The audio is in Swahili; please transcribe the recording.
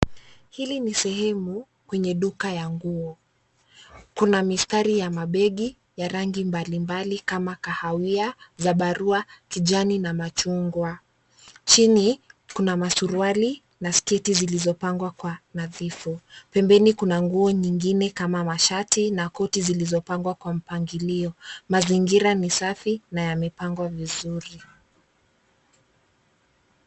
Hili ni sehemu, kwenye duka ya nguo. Kuna mistari ya mabegi, ya rangi mbali mbali kama kahawia, zambarau, kijani na machungwa. Chini, kuna masuruali, na sketi zilizopangwa kwa nadhifu. Pembeni kuna nguo nyingine kama mashati na koti zIlizopangwa kwa mpangilio. Mazingira ni safi na yamepangwa vizuri.